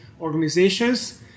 organizations